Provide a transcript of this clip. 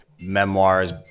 memoirs